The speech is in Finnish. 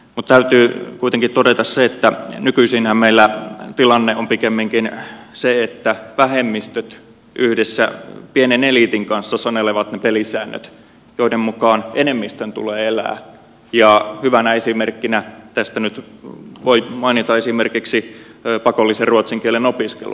mutta täytyy kuitenkin todeta se että nykyisinhän meillä tilanne on pikemminkin se että vähemmistöt yhdessä pienen eliitin kanssa sanelevat ne pelisäännöt joiden mukaan enemmistön tulee elää ja hyvänä esimerkkinä tästä voi mainita pakollisen ruotsin kielen opiskelun kouluissamme